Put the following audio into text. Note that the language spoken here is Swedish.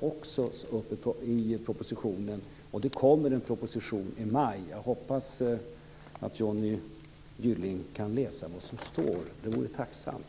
också tas upp i propositionen, och det kommer en proposition i maj. Jag hoppas att Johnny Gylling kan läsa vad som står - det vore tacksamt.